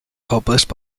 published